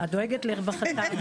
את דואגת לרווחתם,